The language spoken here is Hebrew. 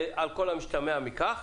ועל כל המשתמע מכך.